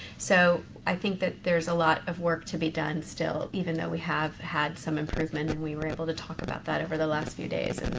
so i think that there's a lot of work to be done still, even though we have had some improvement and we were able to talk about that over the last few days. and